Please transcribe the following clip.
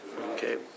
Okay